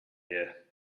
here